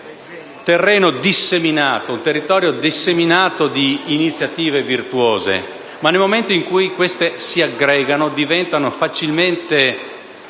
territorio disseminato di iniziative virtuose; ma, nel momento in cui queste si aggregano, diventano facilmente